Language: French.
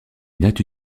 nattes